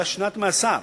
היה שנת מאסר,